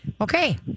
Okay